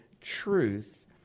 truth